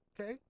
Okay